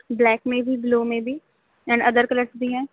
black میں بھی blue میں بھی اینڈ ادر کلرس بھی ہیں